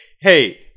hey